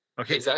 Okay